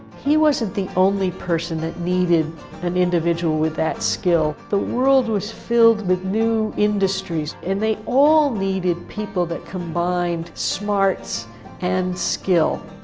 he wasn't the only person that needed an individual with that skill. the world was filled with new industries. and they all needed people that combined smarts and skill.